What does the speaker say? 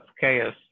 chaos